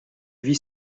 vie